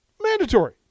mandatory